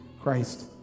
Christ